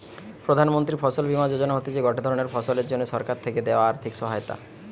প্রধান মন্ত্রী ফসল বীমা যোজনা হতিছে গটে ধরণের ফসলের জন্যে সরকার থেকে দেয়া আর্থিক সহায়তা